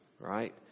right